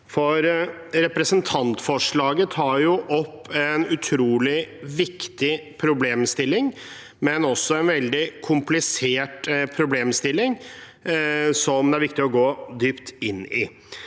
Representantforslaget tar opp en utrolig viktig problemstilling, men også en veldig komplisert problemstilling som det er viktig å gå dypt inn i.